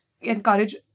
encourage